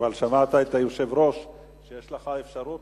אבל שמעת את היושב-ראש, יש לך אפשרות